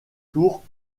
tours